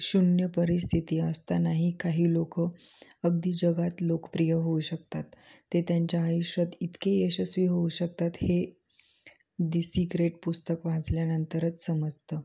शून्य परिस्थिती असतानाही काही लोकं अगदी जगात लोकप्रिय होऊ शकतात ते त्यांच्या आयुष्यात इतके यशस्वी होऊ शकतात हे दी सिक्रेट पुस्तक वाचल्या नंतरच समजतं